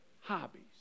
hobbies